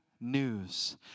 news